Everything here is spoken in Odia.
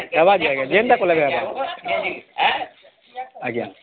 ଆବାଜ ଆଜ୍ଞା ଯେନ୍ତା କଲେ ବି ହବ ଆଜ୍ଞା